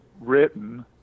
written